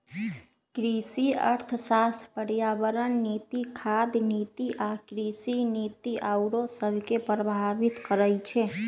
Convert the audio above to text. कृषि अर्थशास्त्र पर्यावरण नीति, खाद्य नीति आ कृषि नीति आउरो सभके प्रभावित करइ छै